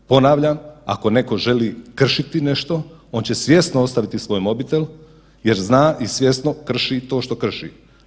Ponavljam, ako neko želi kršiti nešto on će svjesno ostaviti svoj mobitel jer zna i svjesno krši to što krši.